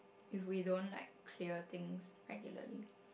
if we don't like clear things regularly